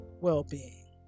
well-being